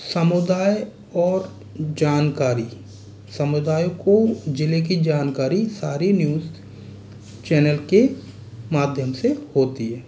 समुदाय और जानकारी समुदाय को ज़िले की जानकारी सारी न्यूज़ चैनल के माध्यम से होती है